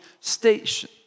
station